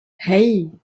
hey